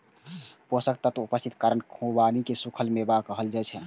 पोषक तत्वक उपस्थितिक कारण खुबानी कें सूखल मेवा कहल जाइ छै